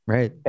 Right